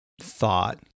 thought